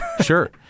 Sure